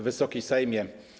Wysoki Sejmie!